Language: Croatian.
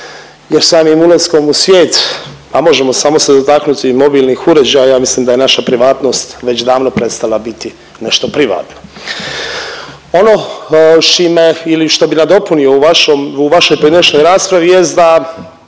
jer samim ulaskom u svijet, a možemo samo se dotaknuti mobilnih uređaja, ja mislim da je naša privatnost već davno prestala biti nešto privatno. Ono s čime ili što bi nadopunio u vašoj pojedinačnoj raspravi jest da